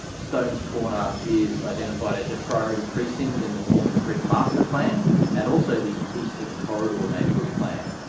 stones corner is identified as a priority precinct in the norman creek masterplan and also the eastern corridor neighbourhood plan.